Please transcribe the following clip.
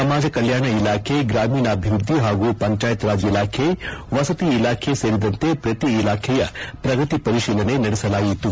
ಸಮಾಜ ಕಲ್ಕಾಣ ಇಲಾಖೆ ಗ್ರಾಮೀಣಾಭವೃದ್ದಿ ಹಾಗೂ ಪಂಚಾಯತ್ ರಾಜ್ ಇಲಾಖೆ ವಸತಿ ಇಲಾಖೆ ಸೇರಿದಂತೆ ಪ್ರತಿ ಇಲಾಖೆಯ ಪ್ರಗತಿ ಪರಿತೀಲನೆ ನಡೆಸಲಾಯಿತು